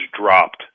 dropped